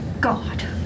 god